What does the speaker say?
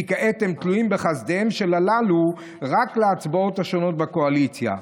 כי כעת הם תלויים בחסדיהם של הללו להצבעות השונות בקואליציה.